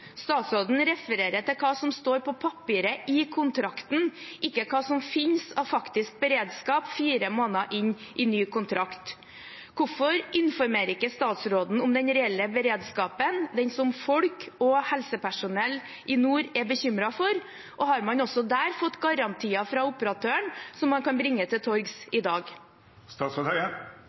Statsråden refererer til hva som står på papiret, i kontrakten, ikke hva som finnes av faktisk beredskap, fire måneder inn i ny kontrakt. Hvorfor informerer ikke statsråden om den reelle beredskapen, den som folk og helsepersonell i nord er bekymret for? Og har man også der fått garantier fra operatøren som han kan bringe til torgs i